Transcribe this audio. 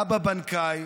אבא בנקאי,